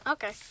Okay